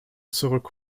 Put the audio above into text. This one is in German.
zurück